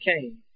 came